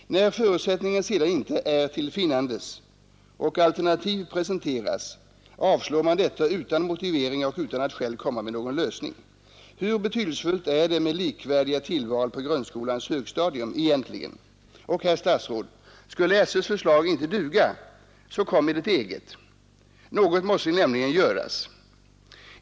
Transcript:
När förutsättningen sedan inte är till finnandes och alternativ presenteras, avslår man detta utan motivering och utan att själv komma med någon lösning. Hur betydelsefullt är det egentligen med likvärdiga tillval på grundskolans högstadium? Och, herr statsråd, skulle SÖ:s förslag inte duga, så kom med ett eget! Något måste nämligen göras.